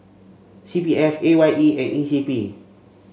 C P F A Y E and E C P